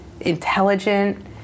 intelligent